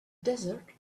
desert